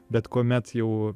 bet kuomet jau